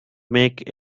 make